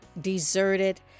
deserted